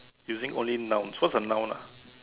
using only nouns what's a noun ah